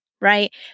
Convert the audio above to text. right